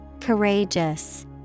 Courageous